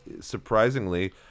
surprisingly